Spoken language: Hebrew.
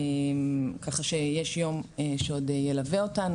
ככה שיש יום שעוד ילווה אותנו,